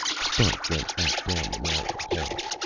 stark went back down the narrow hall.